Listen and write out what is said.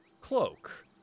cloak